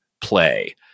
play